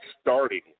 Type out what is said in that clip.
starting